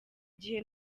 gihe